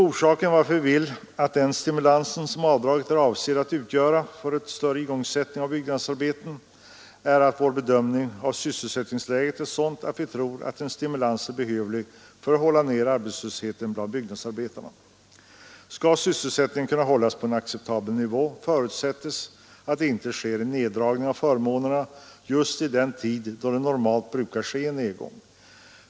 Orsaken till att vi vill ge den stimulans som avdraget är avsett att utgöra för att få en större igångsättning av byggnadsarbeten är vår bedömning att sysselsättningsläget är sådant, att vi tror att en stimulans är behövlig för att hålla nere arbetslösheten bland byggnadsarbetarna. Skall sysselsättningen kunna hållas på en acceptabel nivå förutsätts att det inte sker en neddragning av förmånerna just i den tid då det normalt brukar ske en nedgång.